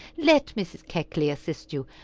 let mrs. keckley assist you,